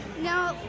No